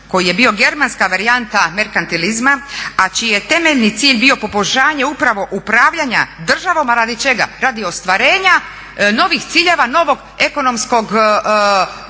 koji je bio germanska varijanta merkantilizma a čiji je temeljni cilj bio poboljšanje upravo upravljanja državom, a radi čega? Radi ostvarenja novih ciljeva novog ekonomskog